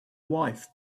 wife